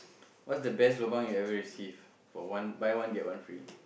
what's the best lobang you ever received for one buy one get one free